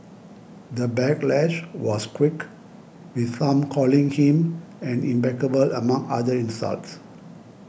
the backlash was quick with some calling him an among other insults